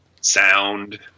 sound